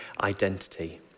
identity